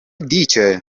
dice